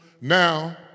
Now